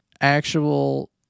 actual